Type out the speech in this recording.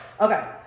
okay